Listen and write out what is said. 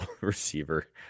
receiver